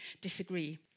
disagree